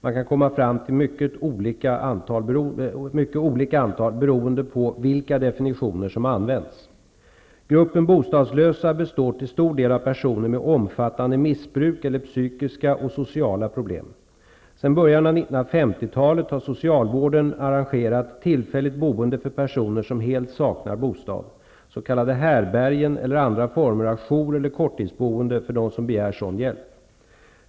Man kan komma fram till mycket olika antal beroende på vilka definitioner som används. Gruppen bostadslösa består till stor del av personer med omfattande missbruk eller psykiska och sociala problem. Sedan början av 1950-talet har socialvården arrangerat tillfälligt boende för personer som helt saknar bostad, s.k. härbärgen eller andra former av jour eller kortidsboende för dem som begär sådan hjälp.